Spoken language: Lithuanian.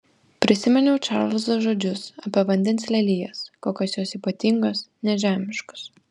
prisiminiau čarlzo žodžius apie vandens lelijas kokios jos ypatingos nežemiškos